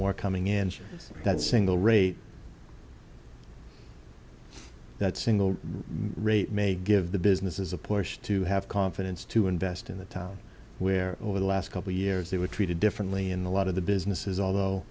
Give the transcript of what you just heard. more coming in that single rate that single rate may give the businesses a push to have confidence to invest in the town where over the last couple years they were treated differently in a lot of the businesses although